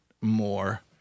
more